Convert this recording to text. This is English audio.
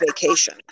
vacation